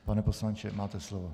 Pane poslanče, máte slovo.